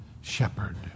shepherd